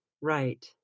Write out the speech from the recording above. right